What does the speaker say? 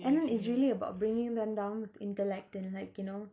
and then it's really about bringing them down with intellect and like you know